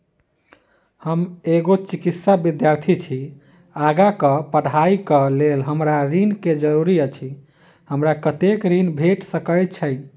हम एगो चिकित्सा विद्यार्थी छी, आगा कऽ पढ़ाई कऽ लेल हमरा ऋण केँ जरूरी अछि, हमरा कत्तेक ऋण भेट सकय छई?